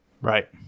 Right